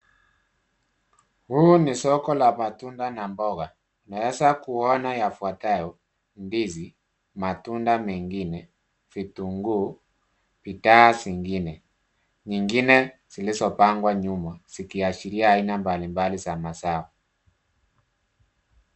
Huu ni soko la matunda na mboga. Naweza kuona yafuatayo ndizi, matunda mengine, vitunguu, bidhaa zingine. Nyingine zilizopangwa nyuma zikiashiria aina mbalimbali za mazao.